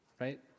right